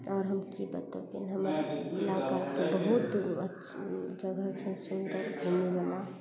आओर हम की बतबैन हमर इलाका पर बहुत अच्छा जगह छैन सुन्दर घुमै ला